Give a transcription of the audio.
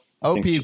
OP